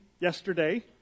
yesterday